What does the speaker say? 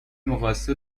مقایسه